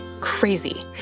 Crazy